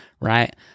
right